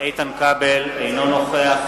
אינו נוכח